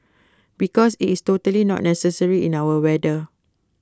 because IT is totally not necessary in our weather